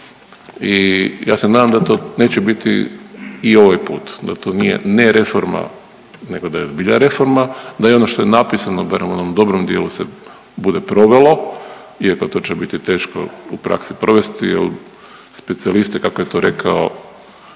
i ja se nadam da to neće biti i ovaj put, da to nije ne reforma nego da je zbilja reforma, da je ono što je napisano barem u onom dobrom dijelu se bude provelo iako to će biti teško u praksi provesti jel specijaliste kako je to rekao